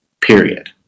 Period